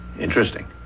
interesting